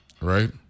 right